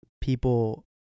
people